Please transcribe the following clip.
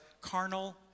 carnal